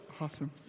Awesome